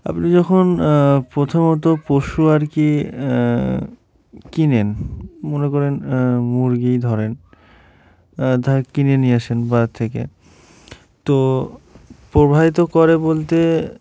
আপনি যখন প্রথমত পশু আর কি কেনেন মনে করুন মুরগি ধরুন তা কিনে নিয়ে আসেন বাজার থেকে তো প্রভাবিত করে বলতে